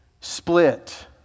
split